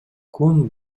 күн